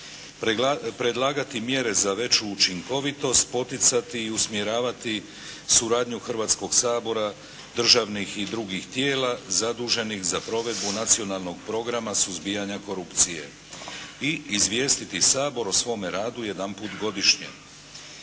predlagati mjere za veću učinkovitost, poticati i usmjeravati suradnju Hrvatskog sabora, državnih i drugih tijela zaduženih za provedbu nacionalnog programa suzbijanja korupcije i izvijestiti Sabor o svome radu jedanput godišnje.